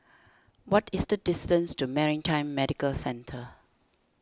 what is the distance to Maritime Medical Centre